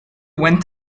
went